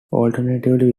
alternatively